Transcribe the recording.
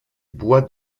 bois